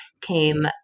came